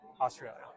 Australia